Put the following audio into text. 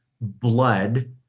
blood